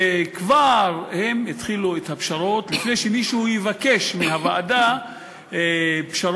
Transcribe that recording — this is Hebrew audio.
והם התחילו את הפשרות לפני שמישהו יבקש מהוועדה פשרות,